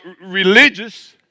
religious